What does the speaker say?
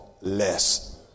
less